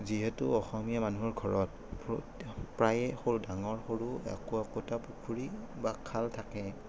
যিহেতু অসমীয়া মানুহৰ ঘৰত প্ৰায়ে সৰু ডাঙৰ সৰু একো একোটা পুখুৰী বা খাল থাকে